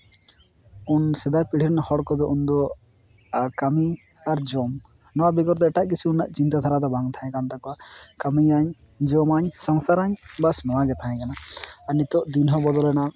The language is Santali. ᱩᱱ ᱥᱮᱫᱟᱭ ᱯᱤᱲᱦᱤ ᱨᱮᱱ ᱦᱚᱲ ᱠᱚᱫᱚ ᱩᱱ ᱫᱚ ᱟᱨ ᱠᱟᱹᱢᱤ ᱟᱨ ᱡᱚᱢ ᱱᱚᱣᱟ ᱵᱮᱜᱚᱨ ᱫᱚ ᱮᱴᱟᱜ ᱠᱤᱪᱷᱩ ᱨᱮᱱᱟᱜ ᱪᱤᱱᱛᱟᱹ ᱫᱷᱟᱨᱟ ᱫᱚ ᱵᱟᱝ ᱛᱟᱦᱮᱠᱟᱱ ᱛᱟᱠᱚᱣᱟ ᱠᱟᱹᱢᱤᱭᱟᱹᱧ ᱡᱚᱢᱟᱹᱧ ᱥᱚᱝᱥᱟᱨᱟᱹᱧ ᱵᱟᱥ ᱱᱚᱣᱟ ᱜᱮ ᱛᱟᱦᱮᱠᱟᱱᱟ ᱟᱨ ᱱᱤᱛᱳᱜ ᱫᱤᱱ ᱦᱚᱸ ᱵᱚᱫᱚᱞᱮᱱᱟ